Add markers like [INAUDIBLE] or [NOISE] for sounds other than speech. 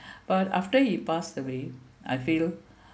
[BREATH] but after he passed away I feel